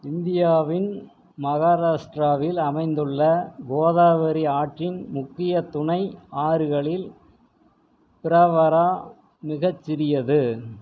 இந்தியாவின் மகாராஷ்டிராவில் அமைந்துள்ள கோதாவரி ஆற்றின் முக்கிய துணை ஆறுகளில் பிரவாரா மிகச்சிறியது